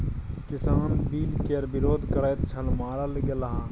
किसान बिल केर विरोध करैत छल मारल गेलाह